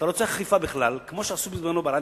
אתה לא צריך אכיפה בכלל, כמו שעשו בזמנו ברדיו.